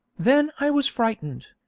then i was frightened.